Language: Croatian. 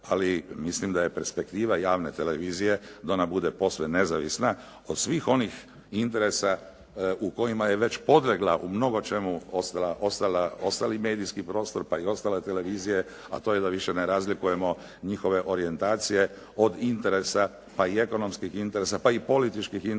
ali mislim da je perspektiva javne televizije da ona bude posve nezavisna od svih onih interesa u kojima je već podlegla u mnogočemu ostali medijski prostor, pa i ostale televizije, a to je da više ne razlikujemo njihove orijentacije od interesa, pa i ekonomskih interesa, pa i političkih interesa